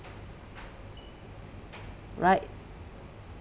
right